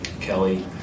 Kelly